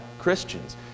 Christians